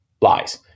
lies